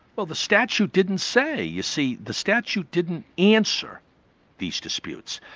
well the statute didn't say. you see the statute didn't answer these disputes.